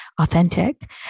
authentic